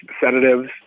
sedatives